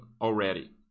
already